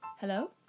hello